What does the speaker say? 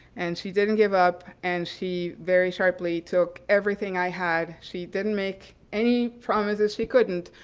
and she didn't give up and she very sharply took everything i had. she didn't make any promises she couldn't,